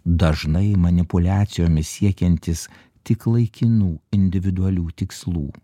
dažnai manipuliacijomis siekiantys tik laikinų individualių tikslų